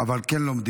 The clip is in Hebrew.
כל השנה?